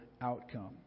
outcome